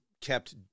kept